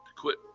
quit